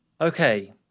Okay